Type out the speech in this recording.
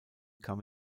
kam